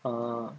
oh